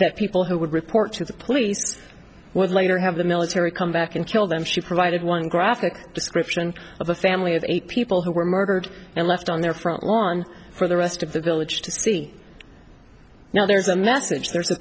that people who would report to the police would later have the military come back and kill them she provided one graphic description of a family of eight people who were murdered and left on their front lawn for the rest of the village to see now there's a message there's a